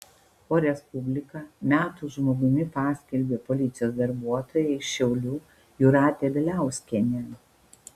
o respublika metų žmogumi paskelbė policijos darbuotoją iš šiaulių jūratę bieliauskienę